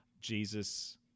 Jesus